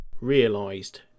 Realised